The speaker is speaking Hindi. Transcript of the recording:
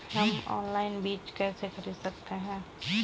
हम ऑनलाइन बीज कैसे खरीद सकते हैं?